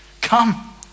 Come